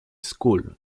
school